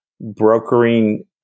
brokering